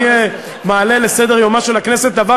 אני מעלה לסדר-יומה של הכנסת את הדבר